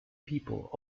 people